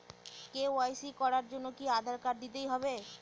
KYC করার জন্য কি আধার কার্ড দিতেই হবে?